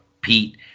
Pete